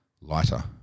lighter